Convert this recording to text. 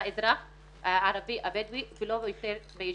באזרח הערבי הבדואי ולא ביישוב,